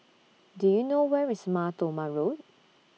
Do YOU know Where IS Mar Thoma Road